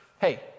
hey